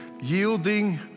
yielding